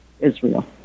Israel